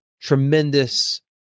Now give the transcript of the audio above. tremendous